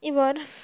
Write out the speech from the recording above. এবার